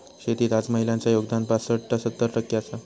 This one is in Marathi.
शेतीत आज महिलांचा योगदान पासट ता सत्तर टक्के आसा